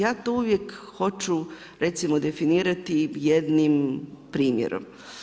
Ja to uvijek hoću recimo definirati jednim primjerom.